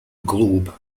globe